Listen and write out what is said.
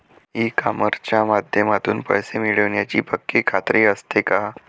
E कॉमर्सच्या माध्यमातून पैसे मिळण्याची पक्की खात्री असते का?